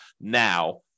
now